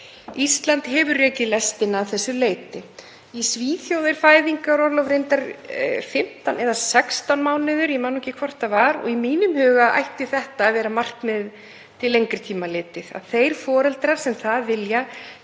Ísland hefur rekið lestina að þessu leyti. Í Svíþjóð er fæðingarorlof reyndar 15 eða 16 mánuðir, ég man nú ekki hvort það er og í mínum huga ætti það að vera markmiðið til lengri tíma litið, að þeir foreldrar sem það vilja